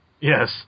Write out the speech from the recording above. Yes